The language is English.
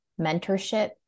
mentorship